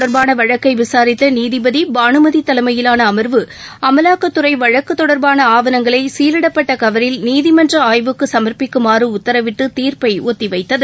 தொடர்பானவழக்கைவிசாரித்தநீதிபதிபானுமதிதலைமையிலானஅமா்வு இது அமலாக்கத்துறைவழக்குதொடா்பானஆவணங்களைசீலிடப்பட்டகவரில் நீதிமன்றஆய்வுக்குசமாப்பிக்குமாறுஉத்தரவிட்டு தீர்ப்பைஒத்திவைத்தது